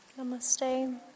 Namaste